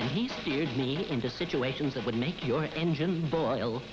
and he steered me into situations that would make your engines boil